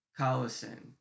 Collison